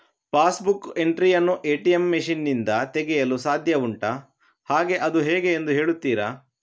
Pass book entry ಯನ್ನು ATM machine ನಿಂದ ತೆಗೆಯಲು ಸಾಧ್ಯ ಉಂಟಾ ಹಾಗೆ ಅದು ಹೇಗೆ ಎಂದು ಹೇಳುತ್ತೀರಾ?